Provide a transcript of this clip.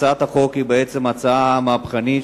הצעת החוק היא הצעה מהפכנית,